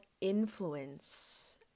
influence